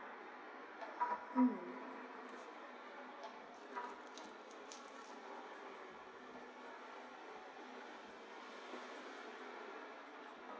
mm